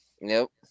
Nope